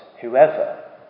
whoever